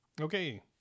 Okay